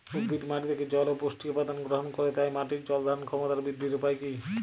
উদ্ভিদ মাটি থেকে জল ও পুষ্টি উপাদান গ্রহণ করে তাই মাটির জল ধারণ ক্ষমতার বৃদ্ধির উপায় কী?